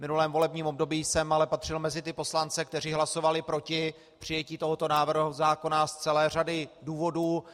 V minulém období jsem ale patřil mezi ty poslance, kteří hlasovali proti přijetí tohoto návrhu zákona z celé řady důvodů.